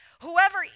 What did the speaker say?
Whoever